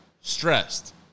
Stressed